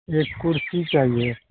ایک کرسی چاہیے